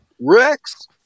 Rex